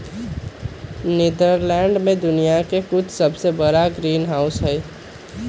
Netherlands में दुनिया के कुछ सबसे बड़ा ग्रीनहाउस हई